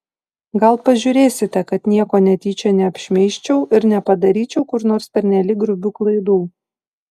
gal pažiūrėsite kad nieko netyčia neapšmeižčiau ir nepadaryčiau kur nors pernelyg grubių klaidų